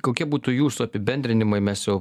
kokie būtų jūsų apibendrinimai mes jau